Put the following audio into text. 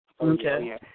Okay